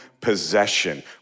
possession